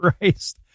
Christ